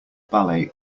ballet